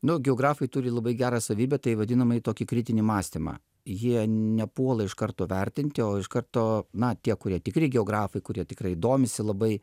nu geografai turi labai gerą savybę tai vadinamajį tokį kritinį mąstymą jie nepuola iš karto vertinti o iš karto na tie kurie tikri geografai kurie tikrai domisi labai